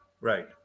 Right